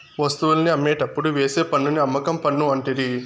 వస్తువుల్ని అమ్మేటప్పుడు వేసే పన్నుని అమ్మకం పన్ను అంటిరి